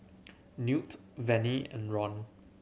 Newt Vennie and Ron